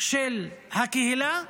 של הקהילה המוסלמית,